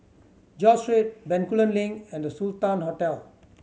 George Street Bencoolen Link and The Sultan Hotel